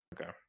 Okay